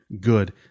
good